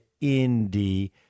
Indy